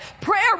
Prayer